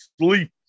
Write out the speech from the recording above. sleep